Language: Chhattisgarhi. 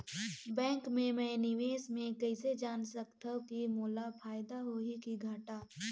बैंक मे मैं निवेश मे कइसे जान सकथव कि मोला फायदा होही कि घाटा?